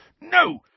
No